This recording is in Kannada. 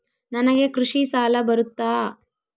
ನನಗೆ ಕೃಷಿ ಸಾಲ ಬರುತ್ತಾ?